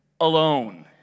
alone